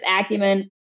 acumen